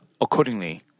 accordingly